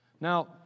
Now